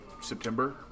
September